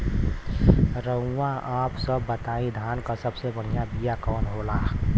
रउआ आप सब बताई धान क सबसे बढ़ियां बिया कवन होला?